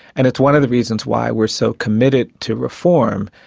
and it's one of the reasons why we're so committed to reform.